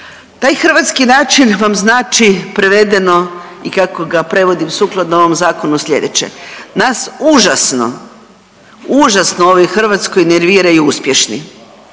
Taj hrvatski način vam znači prevedeno i kako ga prevodim sukladno ovom zakonu slijedeće, nas užasno, užasno u ovoj Hrvatskoj nerviraju uspješni